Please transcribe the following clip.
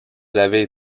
avaient